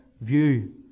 view